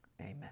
Amen